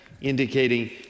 indicating